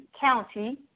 County